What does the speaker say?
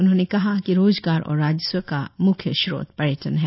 उन्होंने कहा कि रोजगार और राजस्व का म्ख्य स्त्रोत पर्यटन है